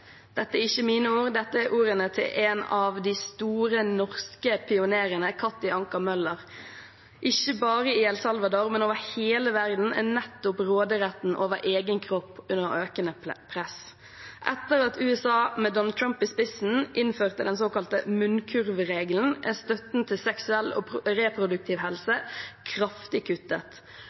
Dette er ikke mine ord, dette er ordene til en av de store norske pionerene, Katti Anker Møller. Ikke bare i El Salvador, men over hele verden, er nettopp råderetten over egen kropp under økende press. Etter at USA med Donald Trump i spissen innførte den såkalte munnkurvregelen, er støtten til seksuell reproduktiv helse kraftig kuttet.